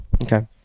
Okay